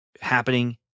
happening